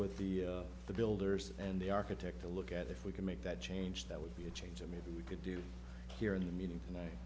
with the the builders and the architect to look at if we can make that change that would be a change and maybe we could do here in the meeting tonight